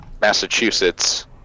Massachusetts